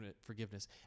forgiveness